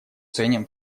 ценим